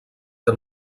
que